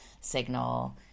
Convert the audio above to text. signal